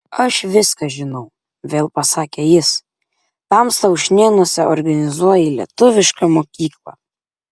aš viską žinau vėl pasakė jis tamsta ušnėnuose organizuoji lietuvišką mokyklą